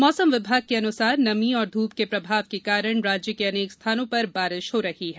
मौसम विभाग के अनुसार नमी और धूप के प्रभाव के कारण राज्य के अनेक स्थानों पर बारिश हो रही है